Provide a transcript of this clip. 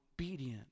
obedient